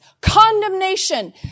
condemnation